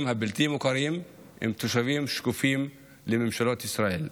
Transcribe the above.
הבלתי-מוכרים הם תושבים שקופים לממשלות ישראל.